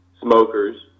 Smokers